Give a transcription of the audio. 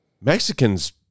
Mexicans